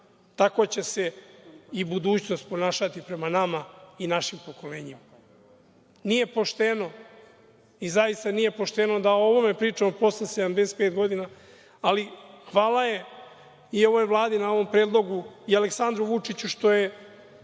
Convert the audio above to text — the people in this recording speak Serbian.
tako će se i budućnost ponašati prema nama i našim pokolenjima. Nije pošteno i zaista nije pošteno da o ovome pričamo posle 75 godina, ali hvala Vladi na ovom predlogu i Aleksandru Vučiću što je